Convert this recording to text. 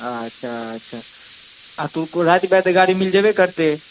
अच्छा अच्छा अऽ तू गाड़ी मिल जेबे करतै